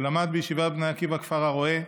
שלמד בישיבת בני עקיבא כפר הרא"ה,